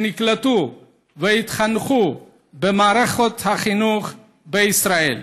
והם נקלטו והתחנכו במערכות החינוך בישראל.